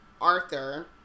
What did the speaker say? Arthur